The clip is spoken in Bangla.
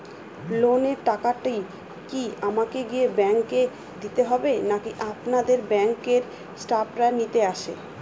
লোনের টাকাটি কি আমাকে গিয়ে ব্যাংক এ দিতে হবে নাকি আপনাদের ব্যাংক এর স্টাফরা নিতে আসে?